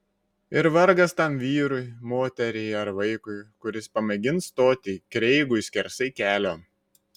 ir vargas tam vyrui moteriai ar vaikui kuris pamėgins stoti kreigui skersai kelio